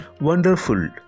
Wonderful